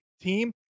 team